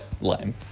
lame